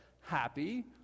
happy